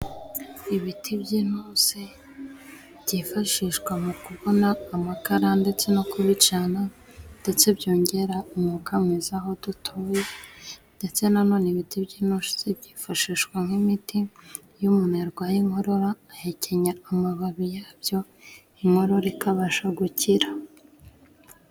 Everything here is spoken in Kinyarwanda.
Ibiti by'intusi byifashishwa mu kubona amakara ndetse no kubicana, ndetse byongera umwuka mwiza aho dutuye, ndetse na none ibiti by'intusi byifashishwa nk'imiti, iyo umuntu arwaye inkorora ahekenya amababi yabyo inkoro ikabasha gukira.